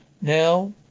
Now